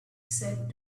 said